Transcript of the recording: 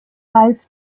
ralf